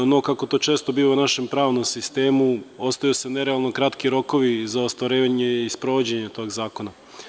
No, kako to često biva u našem pravnom sistemu ostavljaju se nerealno kratki rokovi za ostvarivanje i sprovođenje tog zakona.